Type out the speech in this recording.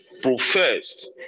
professed